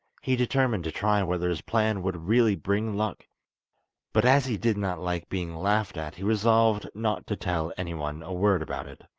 he determined to try whether his plan would really bring luck but as he did not like being laughed at he resolved not to tell anyone a word about it.